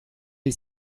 hil